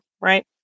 right